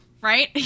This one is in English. right